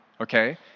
okay